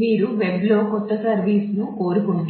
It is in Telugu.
కాబట్టి అది ఒక ప్రాథమిక